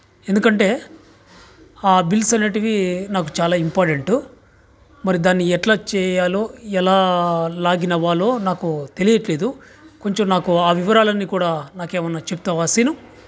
ఎందుకంటే ఆ బిల్స్ అనేటివి నాకు చాలా ఇంపార్టెంటు మరి దాన్ని ఎట్లా చెయ్యాలో ఎలా లాగిన్ అవ్వాలో నాకు తెలియట్లేదు కొంచెం నాకు ఆ వివరాలన్నీ కూడా నాకేమన్నా చెప్తావా శీను